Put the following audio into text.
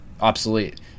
obsolete